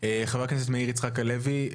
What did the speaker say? חה"כ מאיר יצחק הלוי,